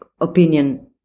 opinion